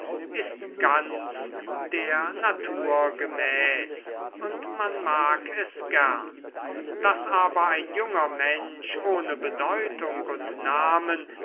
ist ganz der natur gemäß und man mag es gern daß aber ein junger mensch ohne bedeutung und namen